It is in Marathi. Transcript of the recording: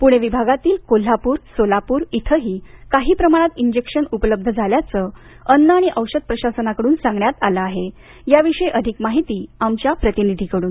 पुणे विभागातील कोल्हाप्र सोलाप्र इथंही काही प्रमाणात इंजेक्शन उपलब्ध झाल्याचे अन्न आणि औषध प्रशासनाकडून सांगण्यात आले आहे याविषयी अधिक माहिती आमच्या प्रतिनिधींकडून